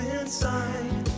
inside